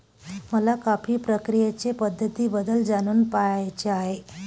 मला कॉफी प्रक्रियेच्या पद्धतींबद्दल जाणून घ्यायचे आहे